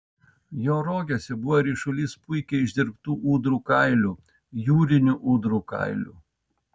jo rogėse buvo ryšulys puikiai išdirbtų ūdrų kailių jūrinių ūdrų kailių